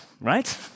right